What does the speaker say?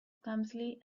clumsily